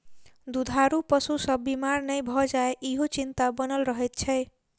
दूधारू पशु सभ बीमार नै भ जाय, ईहो चिंता बनल रहैत छै